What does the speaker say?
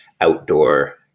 outdoor